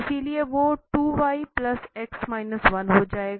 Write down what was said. इसलिए वो 2y x 1 हो जाएगा